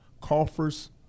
coffers